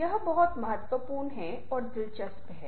यह बहुत महत्वपूर्ण और दिलचस्प है